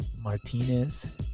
Martinez